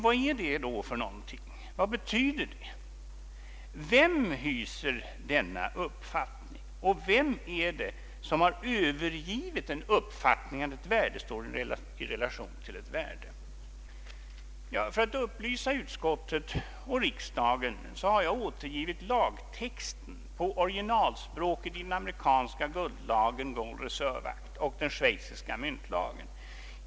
Vad betyder då detta? Vem hyser denna uppfattning, och vem är det som har övergivit uppfattningen att ett värde står i relation till ett värde? För att upplysa utskottet och riksdagen har jag återgivit lagtexten på originalspråket i den amerikanska guldlagen, Gold Reserve Act, och den schweiziska myntlagen.